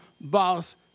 boss